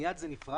מייד זה נפרץ.